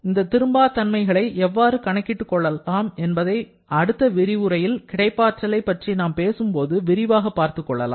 இந்த திரும்பா தன்மைகளை எவ்வாறு கணக்கிட்டு கொள்ளலாம் என்பதை அடுத்த விரிவுரையில் கிடைப்பாற்றலை பற்றி நாம் பேசும்போது விரிவாக பார்த்துக்கொள்ளலாம்